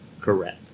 Correct